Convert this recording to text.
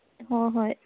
ꯍꯣꯏ ꯍꯣꯏ